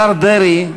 השר דרעי,